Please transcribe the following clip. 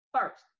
first